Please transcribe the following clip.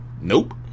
Nope